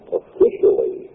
officially